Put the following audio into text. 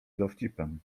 dowcipem